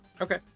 Okay